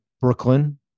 Brooklyn